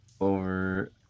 Over